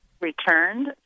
returned